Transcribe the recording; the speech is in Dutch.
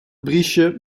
briesje